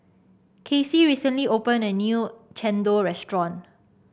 Kacie recently opened a new chendol restaurant